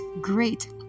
great